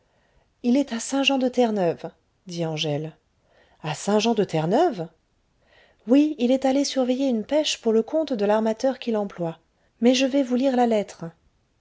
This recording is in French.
il est à saint jean de terre neuve dit angèle a saint jean de terre neuve oui il est allé surveiller une pêche pour le compte de l'armateur qui l'emploie mais je vais vous lire la lettre